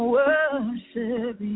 worship